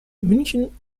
münchen